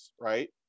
right